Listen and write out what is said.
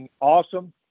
awesome